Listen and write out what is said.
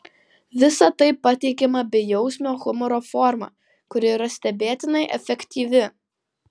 visa tai pateikiama bejausmio humoro forma kuri yra stebėtinai efektyvi